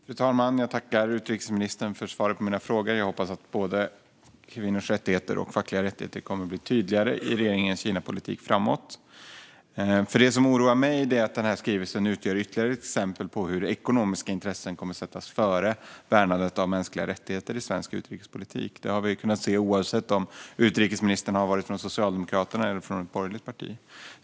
Fru talman! Jag tackar utrikesministern för svaret på mina frågor. Jag hoppas att både kvinnors rättigheter och fackliga rättigheter kommer att bli tydligare i regeringens Kinapolitik framöver. Jag oroar mig nämligen för att denna skrivelse ska utgöra ytterligare ett exempel på hur ekonomiska intressen sätts före värnandet av mänskliga rättigheter i svensk utrikespolitik. Detta har vi kunnat se oavsett om utrikesministern har varit från Socialdemokraterna eller från ett borgerligt parti.